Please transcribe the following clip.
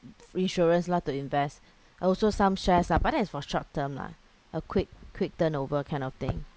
insurance lah to invest also some shares lah but that is for short term lah a quick quick turnover kind of thing